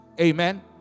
Amen